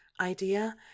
idea